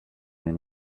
and